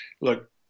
look